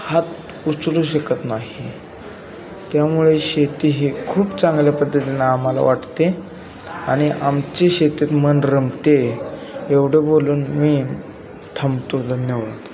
हात उचलू शकत नाही त्यामुळे शेती ही खूप चांगल्या पद्धतीने आम्हाला वाटते आणि आमचे शेतीत मन रमते एवढं बोलून मी थांबतो धन्यवाद